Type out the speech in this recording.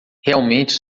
realmente